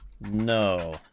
No